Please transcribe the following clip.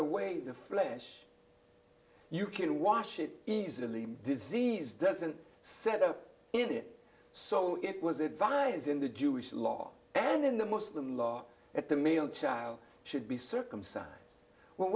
away the flesh you can wash it easily disease doesn't set up in it so it was advised in the jewish law and in the muslim law at the male child should be circumcised wh